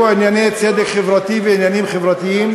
ענייני צדק חברתי ועניינים חברתיים,